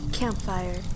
Campfire